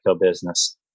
business